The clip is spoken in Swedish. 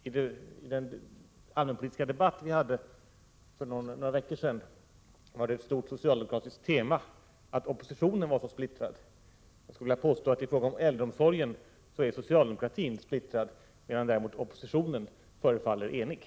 I den allmänpolitiska debatt som vi hade för några veckor sedan var ett betydande socialdemokratiskt tema att oppositionen var så splittrad. När det gäller äldreomsorgen skulle jag vilja påstå att det är socialdemokratin som är splittrad, medan däremot oppositionen förefaller enig.